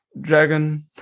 dragon